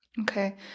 Okay